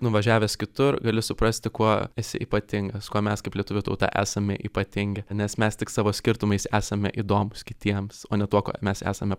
nuvažiavęs kitur gali suprasti kuo esi ypatingas kuo mes kaip lietuvių tauta esame ypatingi nes mes tik savo skirtumais esame įdomūs kitiems o ne tuo kuo mes esame